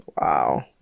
wow